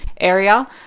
area